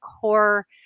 core